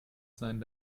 sein